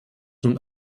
nun